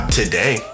today